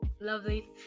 Lovely